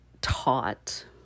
taught